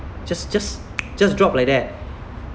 just just just drop like that